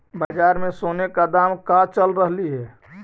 बाजार में सोने का दाम का चल रहलइ हे